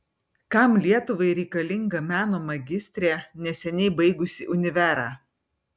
kam lietuvai reikalinga meno magistrė neseniai baigusi univerą